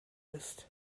ist